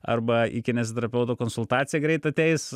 arba į kineziterapeuto konsultaciją greit ateis